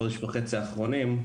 חודש וחצי אחרונים,